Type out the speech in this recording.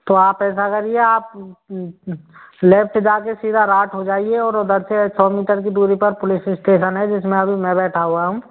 तो आप ऐसा करिए आप लेफ्ट जाके सीधा राट हो जाइए और उधर से सौ मीटर की दूरी पर पुलिस स्टेशन है जिसमें अभी मैं बैठा हुआ हूँ